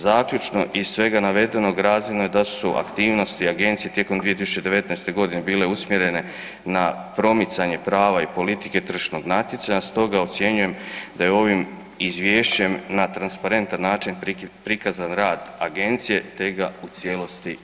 Zaključno iz svega navedenog, razvidno je da su aktivnosti agencije tijekom 2019. g. bile usmjerene na promicanje prava i politike tržišnog natjecanja stoga ocjenjujem da je ovim izvješćem na transparentan način prikazan rad agencije te ga u cijelosti